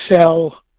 sell